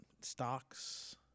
Stocks